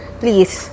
please